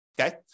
okay